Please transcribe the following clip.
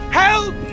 help